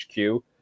HQ